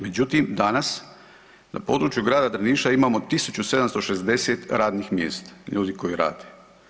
Međutim, danas na području grada Drniša imamo 1.760 radnih mjesta, ljudi koji rade.